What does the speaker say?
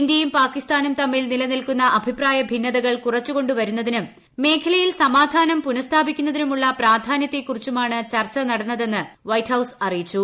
ഇന്ത്യയും പാകിസ്ഥാനും തമ്മിൽ നിലനിൽക്കുന്ന അഭിപ്രായ ഭിന്നതകൾ കുറച്ചുകൊണ്ട് വരുന്നതിനും മേഖലയിൽ സമാധാനം പുനഃസ്ഥാപിക്കാനുമുള്ള പ്രാധാന്യത്തെക്കുറിച്ചുമാണ് ചർച്ച നടന്നതെന്ന് വൈറ്റ് ഹൌസ് അറിയിച്ചു